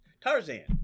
Tarzan